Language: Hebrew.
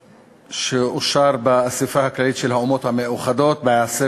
שאושר באספה הכללית של האומות המאוחדות ב-10